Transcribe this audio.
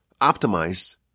optimize